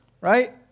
right